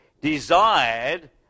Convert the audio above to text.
desired